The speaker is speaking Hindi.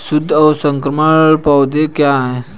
शुद्ध और संकर पौधे क्या हैं?